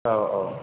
औ औ